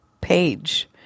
page